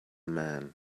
man